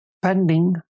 pending